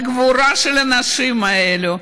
על הגבורה של האנשים האלה,